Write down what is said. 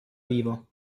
vivo